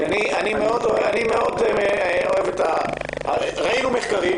אם אתה אומר שראינו מחקרים